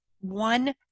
one